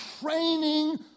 training